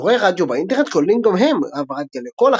שידורי רדיו באינטרנט כוללים גם הם העברת גלי קול,